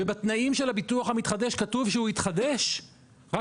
ובתנאים של הביטוח המתחדש כתוב שהוא יתחדש רק